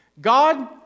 God